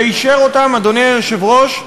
ואישר אותם, אדוני היושב-ראש,